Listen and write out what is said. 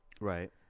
Right